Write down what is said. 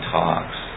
talks